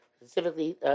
specifically